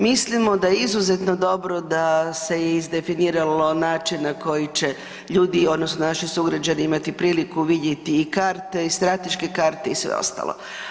Mislimo da je izuzetno dobro da se izdefiniralo način na koji će ljudi odnosno naši sugrađani imati priliku vidjeti i karte i strateške karte i sve ostalo.